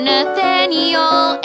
Nathaniel